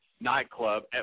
nightclub